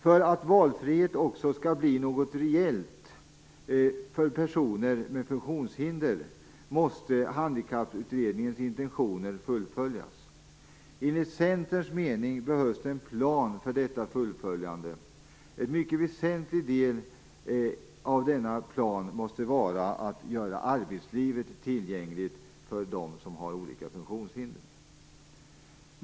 För att valfrihet också skall bli något reellt för personer med funktionshinder, måste Handikapputredningens intentioner fullföljas. Enligt Centern mening behövs det en plan för detta fullföljande. En mycket väsentlig del av denna plan måste vara att göra arbetslivet tillgängligt för dem som har olika funktionshinder.